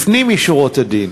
לפנים משורת הדין.